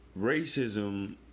racism